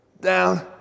down